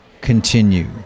continue